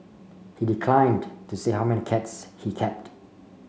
he declined to say how many cats he kept